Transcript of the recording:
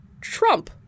Trump